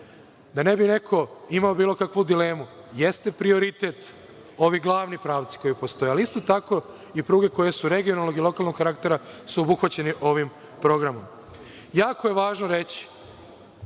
Da ne bi neko imao bilo kakvu dilemu, jesu prioritet ovi glavni pravci koji postoje, ali isto tako i pruge koje su regionalnog i lokalnog karaktera su obuhvaćene ovim programom. Jako je važno reći